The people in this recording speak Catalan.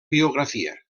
biografia